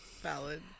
Valid